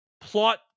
plot